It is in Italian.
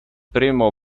primo